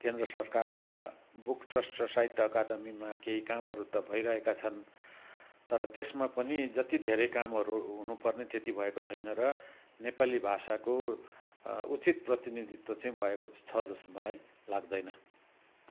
केन्द्र सरकारका book trust र साहित्य अकादमीमा केही कामहरू त भइरहेका छन् तर त्यसमा पनि जति धेरै कामहरू हुनुपर्ने त्यति भएको छैन र नेपाली भाषाको उचित प्रतिनिधित्व चाहिँ भएको छ जस्तो मलाई लाग्दैन